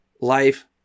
life